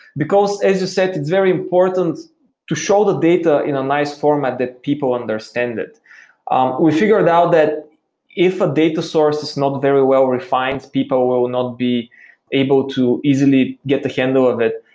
because as you said it's very important to show the data in a nice format that people understand it um we figured figured out that if a data source is not very well refined, people will not be able to easily get the handle of it.